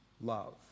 love